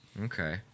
Okay